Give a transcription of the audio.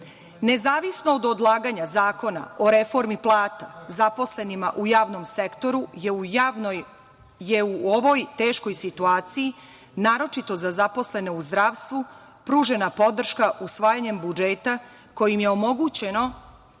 od odlaganja Zakona o reformi plata zaposlenima u javnom sektoru je u ovoj teškoj situaciji, naročito za zaposlene u zdravstvu pružena podrška usvajanjem budžeta kojim je omogućeno